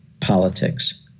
politics